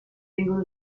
vengono